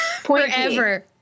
forever